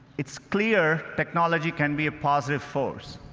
it's clear technology can be a positive force.